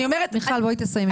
מיכל, בואי תסיימי.